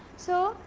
so,